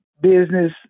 business